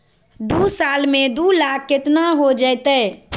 दू साल में दू लाख केतना हो जयते?